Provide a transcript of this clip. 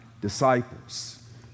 disciples